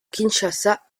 kinshasa